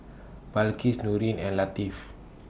Balqis Nurin and Latif